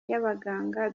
y’abaganga